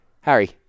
Harry